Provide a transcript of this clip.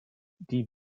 die